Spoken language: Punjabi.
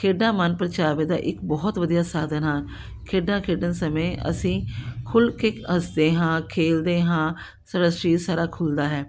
ਖੇਡਾਂ ਮਨਪ੍ਰਚਾਵੇ ਦਾ ਇੱਕ ਬਹੁਤ ਵਧੀਆ ਸਾਧਨ ਹਨ ਖੇਡਾਂ ਖੇਡਣ ਸਮੇਂ ਅਸੀਂ ਖੁੱਲ੍ਹ ਕੇ ਹੱਸਦੇ ਹਾਂ ਖੇਡਦੇ ਹਾਂ ਸਾਡਾ ਸਰੀਰ ਸਾਰਾ ਖੁੱਲ੍ਹਦਾ ਹੈ